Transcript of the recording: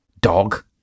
Dog